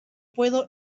puedo